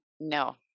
no